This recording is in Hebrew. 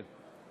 כן.